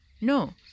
No